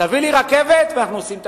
תביא לי רכבת, אנחנו עושים הכול.